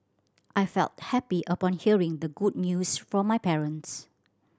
I felt happy upon hearing the good news from my parents